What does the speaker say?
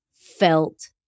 felt